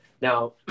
Now